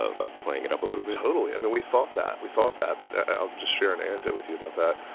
ah like, playing it up a little bit? totally. i mean, we thought that. we thought that. but i'll just share an anecdote with you about that.